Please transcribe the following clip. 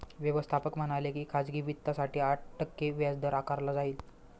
व्यवस्थापक म्हणाले की खाजगी वित्तासाठी आठ टक्के व्याजदर आकारला जाईल